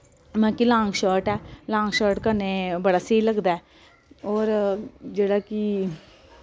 मतलब कि long shirt ऐ लांग शर्ट कन्नै बड़ा स्हेई लगदा ऐ होर जेह्ड़ा कि